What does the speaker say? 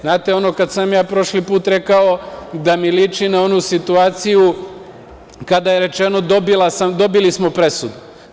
Znate ono kada sam vam ja prošli put rekao da mi liči na onu situaciju, kada je rečeno – dobili smo presudu.